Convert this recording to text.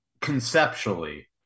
conceptually